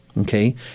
okay